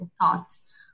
thoughts